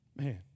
Man